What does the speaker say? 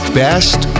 best